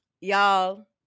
y'all